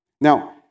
Now